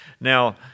Now